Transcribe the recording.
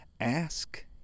Ask